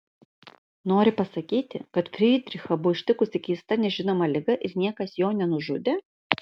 nori pasakyti kad frydrichą buvo ištikusi keista nežinoma liga ir niekas jo nenužudė